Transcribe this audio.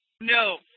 No